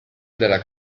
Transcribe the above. della